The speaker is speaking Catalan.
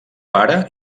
pare